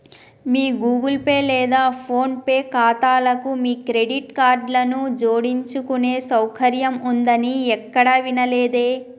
మీ Google Pay లేదా PhonePe ఖాతాలకు మీ క్రెడిట్ కార్డులను జోడించుకునే సౌకర్యం ఉందని ఎక్కడా వినలేదే